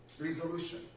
resolution